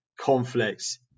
conflicts